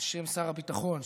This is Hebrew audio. בשם שר הביטחון,